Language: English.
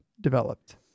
developed